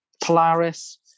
Polaris